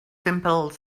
simple